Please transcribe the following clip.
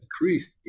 increased